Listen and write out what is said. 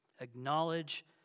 Acknowledge